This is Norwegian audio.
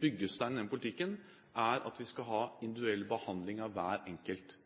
byggestein i den politikken er at vi skal ha individuell behandling av hver enkelt.